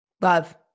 Love